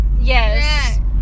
yes